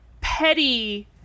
petty